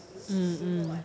mm mm